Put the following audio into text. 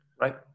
Right